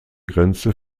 grenze